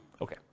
Okay